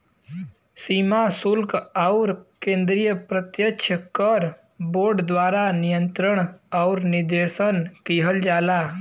सीमा शुल्क आउर केंद्रीय प्रत्यक्ष कर बोर्ड द्वारा नियंत्रण आउर निर्देशन किहल जाला